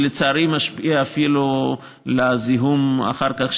שלצערי משפיע אחר כך אפילו על הזיהום של